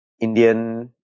Indian